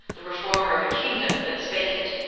the reformer of a kingdom, that spake it,